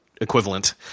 equivalent